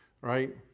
right